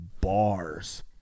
bars